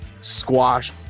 squash